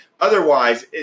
otherwise